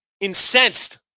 incensed